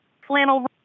Flannel